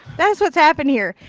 that's what's happened here.